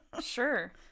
Sure